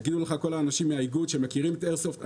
יגידו לך כל האנשים מהאיגוד שמכירים את איירסופט.